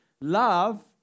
Love